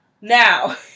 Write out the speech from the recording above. Now